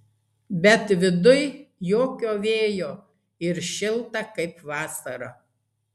bet viduj jokio vėjo ir šilta kaip vasarą